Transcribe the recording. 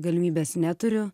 galimybės neturiu